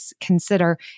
consider